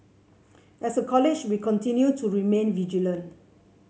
as a college we continue to remain vigilant